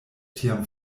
tiam